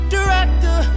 Director